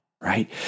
right